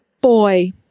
boy